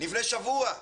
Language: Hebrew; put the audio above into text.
לפני שבוע,